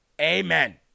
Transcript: Amen